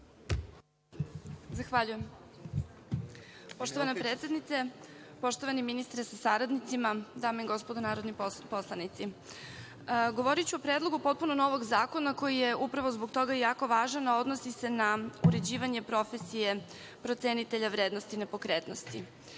Zahvaljujem. Poštovana predsednice, poštovani ministre sa saradnicima, dame i gospodo narodni poslanici. Govoriću o predlogu potpuno novog zakona koji je upravo zbog toga jako važan, a odnosi se na uređivanje profesije procenitelja vrednosti nepokretnosti.